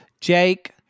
Jake